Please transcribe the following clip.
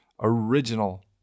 original